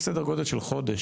סדר גודל של חודש,